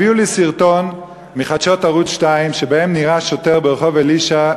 הביאו לי סרטון מחדשות ערוץ 2 שבו נראה שוטר ברחוב אלישע,